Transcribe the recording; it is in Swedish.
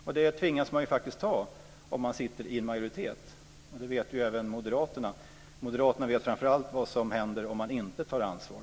Och det tvingas man faktiskt göra om man sitter i en majoritet. Det vet även Moderaterna, och Moderaterna vet framför allt vad som händer om man inte tar ansvar.